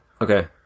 Okay